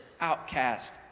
outcast